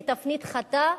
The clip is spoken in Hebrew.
ותפנית חדה,